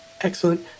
Excellent